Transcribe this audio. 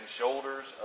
shoulders